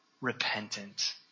repentant